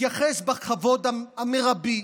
להתייחס בכבוד המרבי,